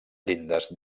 llindes